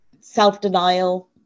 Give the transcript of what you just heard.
self-denial